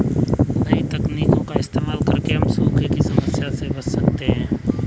नई तकनीकों का इस्तेमाल करके हम सूखे की समस्या से बच सकते है